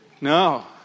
No